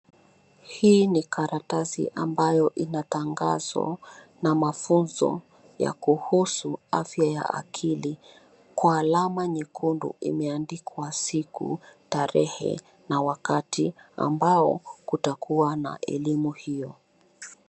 Hii ni karatasi amabayo ina tangazo na mafunzo ya kuhusu afya ya akili. Kwa alama nyekundu, imeandikwa siku, tarehe na wakati ambao kutakuwa na elimu hiyo.